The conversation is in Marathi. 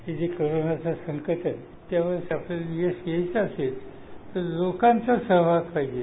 हे जे कोरोनाचे संकट आहे त्यामध्ये आपल्याला यश यायचं असेल तर लोकांचा सहभाग पाहिजे